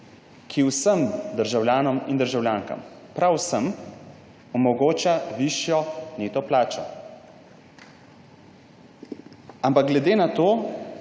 ki vsem državljanom in državljankam, prav vsem, omogoča višjo neto plačo. Ampak glede na to,